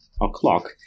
o'clock